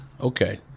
Okay